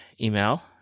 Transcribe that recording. email